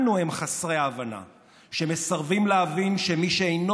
אנו הם חסרי ההבנה שמסרבים להבין שמי שאינו